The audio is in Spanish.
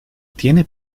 tiene